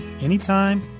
anytime